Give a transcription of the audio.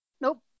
Nope